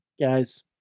guys